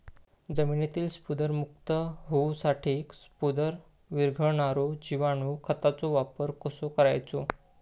जमिनीतील स्फुदरमुक्त होऊसाठीक स्फुदर वीरघळनारो जिवाणू खताचो वापर कसो करायचो?